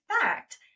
fact